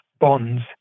bonds